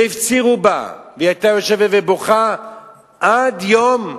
והפצירו בה, והיא היתה יושבת ובוכה עד יום הלידה,